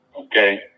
Okay